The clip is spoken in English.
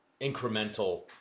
incremental